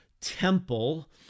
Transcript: temple